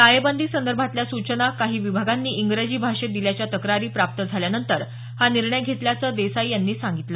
टाळेबंदी संदर्भातल्या सूचना काही विभागांनी इंग्रजी भाषेत दिल्याच्या तक्रारी प्राप्त झाल्यानंतर हा निर्णय घेतल्याचं देसाई यांनी सांगितलं